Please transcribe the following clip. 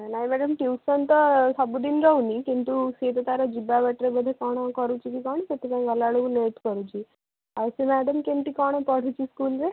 ନାହିଁ madam tuition ତ ସବୁଦିନ ରହୁନାହିଁ କିନ୍ତୁ ସିଏ ତ ତାର ଯିବା ବାଟରେ ଯଦି କ'ଣ କରୁଛି କ'ଣ ସେଥିପାଇଁ ଗଲା ବେଳକୁ ଲେଟ୍ କରୁଛି ଆଉ ସିଏ ମ୍ୟାଡ଼ାମ କେମତି କ'ଣ ପଢ଼ୁଛି ସ୍କୁଲରେ